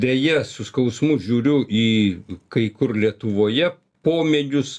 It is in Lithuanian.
deja su skausmu žiūriu į kai kur lietuvoje pomėgius